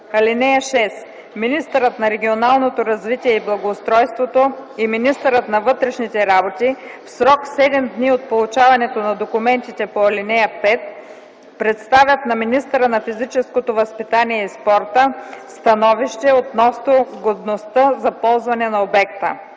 (6) Министърът на регионалното развитие и благоустройството и министърът на вътрешните работи в срок седем дни от получаването на документите по ал. 5 представят на министъра на физическото възпитание и спорта становище относно годността за ползване на обекта.